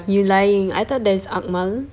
you lying I thought there is akmal